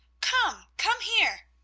come! come here!